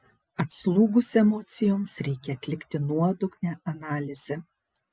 atslūgus emocijoms reikia atlikti nuodugnią analizę